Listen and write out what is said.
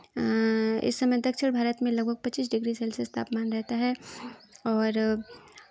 इस समय दक्षिण भारत में लगभग पचीस डिग्री सेल्सियस तापमान रहता है और